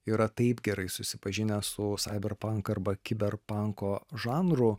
yra taip gerai susipažinę su saiberpank arba kiberpanko žanru